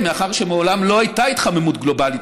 מאחר שמעולם לא הייתה התחממות גלובלית.